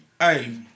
hey